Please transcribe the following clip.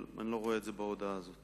אבל אני לא רואה את זה בהודעה הזאת.